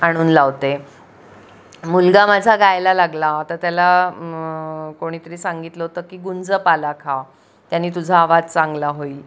आणून लावते मुलगा माझा गायला लागला तर त्याला कोणीतरी सांगितलं होतं की गुंजपाला खा त्यानी तुझा आवाज चांगला होईल